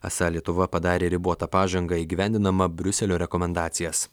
esą lietuva padarė ribotą pažangą įgyvendinama briuselio rekomendacijas